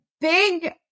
big